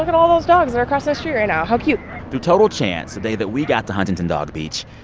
ah all those dogs that are across the street right now how cute through total chance, the day that we got to huntington dog beach,